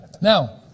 Now